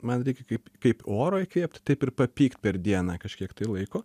man reikia kaip kaip oro įkvėpt taip ir papykt per dieną kažkiek tai laiko